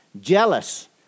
jealous